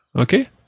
Okay